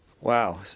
Wow